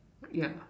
yeah